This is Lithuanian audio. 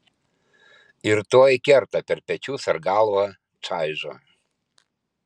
ir tuoj kerta per pečius ar galvą čaižo